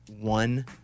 one